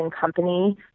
company